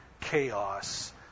chaos